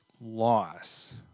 loss